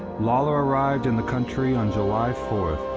lawlor arrived in the country on july four,